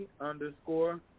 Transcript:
underscore